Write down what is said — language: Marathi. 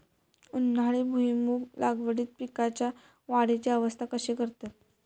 उन्हाळी भुईमूग लागवडीत पीकांच्या वाढीची अवस्था कशी करतत?